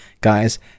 guys